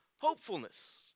hopefulness